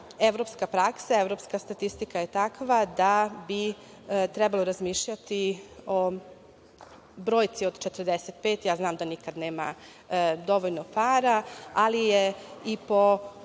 evropska praksa, evropska statistika je takva da bi trebalo razmišljati o brojci 45. Znam da nikada nema dovoljno para, ali je i po